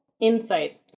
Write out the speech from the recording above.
insight